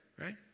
right